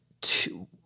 two